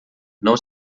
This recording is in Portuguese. não